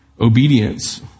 Obedience